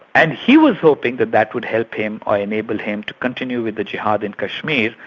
and he was hoping that that would help him, or enable him to continue with the jihad in kashmir,